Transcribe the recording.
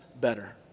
better